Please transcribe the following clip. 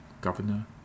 governor